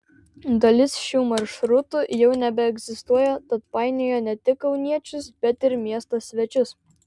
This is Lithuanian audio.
dalis šių maršrutų jau nebeegzistuoja tad painioja ne tik kauniečius bet ir miesto svečius